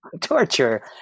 torture